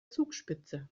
zugspitze